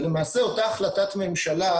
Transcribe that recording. למעשה אותה החלטת ממשלה